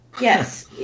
Yes